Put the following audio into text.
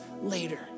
later